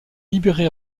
libéré